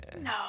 No